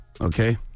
Okay